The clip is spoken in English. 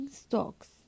stocks